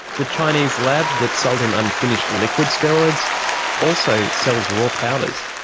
the chinese lab that sold him unfinished liquid steroids also sells raw powders.